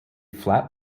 flat